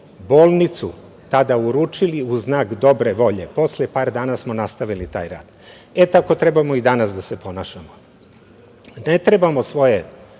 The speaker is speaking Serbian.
bolnicu tada uručili u znak dobre volje, posle par dana smo nastavili taj rat. E, tako trebamo i danas da se ponašamo. Ne trebamo svoje